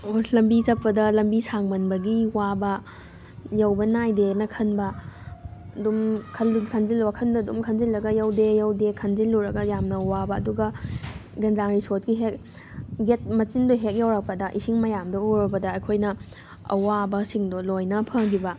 ꯂꯝꯕꯤ ꯆꯠꯄꯗ ꯂꯝꯕꯤ ꯁꯥꯡꯃꯟꯕꯒꯤ ꯋꯥꯕ ꯌꯧꯕ ꯅꯥꯏꯗꯦꯅ ꯈꯟꯕ ꯑꯗꯨꯝ ꯋꯥꯈꯟꯗ ꯑꯗꯨꯝ ꯈꯟꯖꯤꯜꯂꯒ ꯌꯧꯗꯦ ꯌꯧꯗꯦ ꯈꯟꯖꯤꯜꯂꯨꯔꯒ ꯌꯥꯝꯅ ꯋꯥꯕ ꯑꯗꯨꯒ ꯒꯦꯟꯖꯥꯡ ꯔꯤꯁꯣꯠꯀꯤ ꯍꯦꯛ ꯒꯦꯠ ꯃꯆꯤꯟꯗꯨ ꯍꯦꯛ ꯌꯧꯔꯛꯄꯗ ꯏꯁꯤꯡ ꯃꯌꯥꯝꯗꯨ ꯎꯔꯨꯕꯗ ꯑꯩꯈꯣꯏꯅ ꯑꯋꯥꯕꯁꯤꯡꯗꯨ ꯂꯣꯏꯅ ꯐꯈꯤꯕ